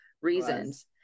reasons